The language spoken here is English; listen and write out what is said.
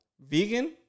vegan